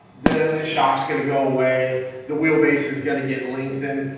the shocks gonna go away, the wheelbase is going to get lengthened.